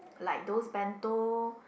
like those bento